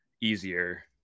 easier